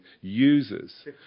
users